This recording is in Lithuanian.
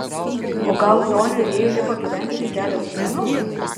o gal doniui rėjui liko gyventi tik kelios dienos